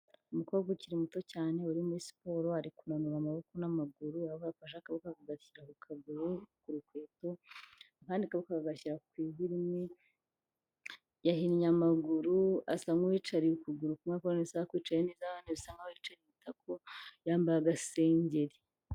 Umukobwa ukiri muto cyane uri muri siporo ari kunanura amaboko n'amaguru, aho yafashe akaboko akagashyira ku kaguru ku rukweto, akandi kaboko agashyira ku ivu rimwe, yahinnye amaguru, asa nk'uwicariye ukuguru kumwe ariko na none ntakwicariye neza, na none asa nk'aho yicariye itako, yambaye agasengeri.